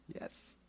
Yes